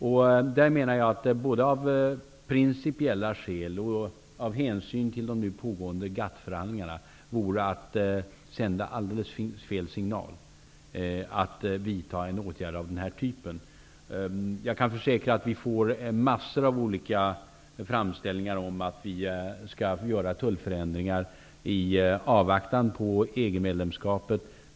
Att vidta en åtgärd av den typen vore, både av principiella skäl och av hänsyn till de nu pågånde GATT-förhandlingarna, att sända ut alldeles fel signal. Jag kan försäkra att vi får massor av olika framställningar om att vi skall göra tullförändringar i avvaktan på EG-medlemskapet.